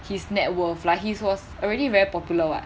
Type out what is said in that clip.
his net worth lah he was already very popular [what]